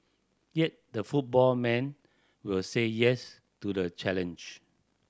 yet the football man will say yes to the challenge